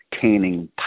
canning